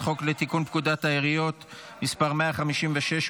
חוק לתיקון פקודת העיריות (מס' 156,